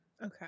Okay